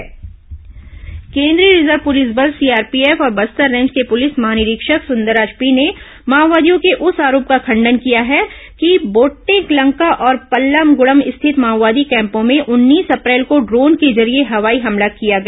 माओवादी समाचार केन्द्रीय रिजर्व पुलिस बल सीआरपीएफ और बस्तर रेंज के पुलिस महानिरीक्षक सुंदरराज पी ने माओवादियों के उस आरोप का खंडन किया है कि बोट्टेलंका और पल्लागुंडम स्थित माओवादी कैम्पों में उन्नीस अप्रैल को ड्रोन के जरिए हवाई हमला किया गया